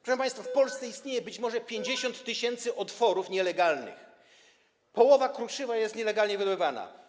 Proszę państwa, w Polsce istnieje być może 50 tys. nielegalnych otworów, połowa kruszywa jest nielegalnie wydobywana.